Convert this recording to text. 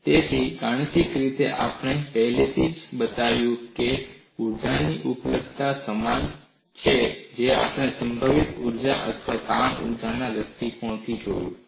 તેથી ગાણિતિક રીતે આપણે પહેલેથી જ બતાવ્યું છે ઊર્જાની ઉપલબ્ધતા સમાન છે જે આપણે સંભવિત ઊર્જા અથવા તાણ ઊર્જાના દૃષ્ટિકોણથી જોયું છે